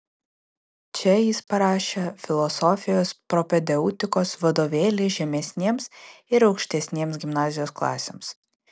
čia jis parašė filosofijos propedeutikos vadovėlį žemesnėms ir aukštesnėms gimnazijos klasėms